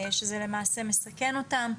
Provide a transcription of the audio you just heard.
זה למעשה מסכן אותם.